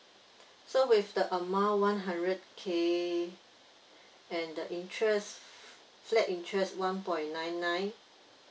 so with the amount one hundred K and the interest flat interest one point nine nine